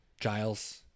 Giles